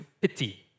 pity